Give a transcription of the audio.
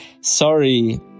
sorry